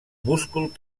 múscul